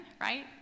right